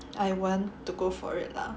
I want to go for it lah